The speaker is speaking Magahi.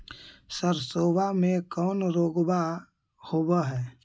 सरसोबा मे कौन रोग्बा होबय है?